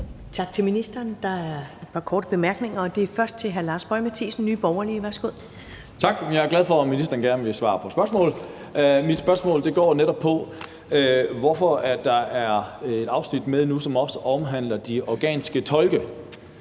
Tak til ministeren. Der er et par korte bemærkninger, og det er først fra hr. Lars Boje Mathiesen, Nye Borgerlige. Værsgo. Kl. 15:09 Lars Boje Mathiesen (NB): Tak. Jeg er glad for, at ministeren gerne vil svare på spørgsmål. Mit spørgsmål går jo netop på, hvorfor der nu er et afsnit med, som også omhandler de afghanske tolke.